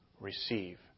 receive